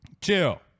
Chill